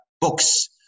books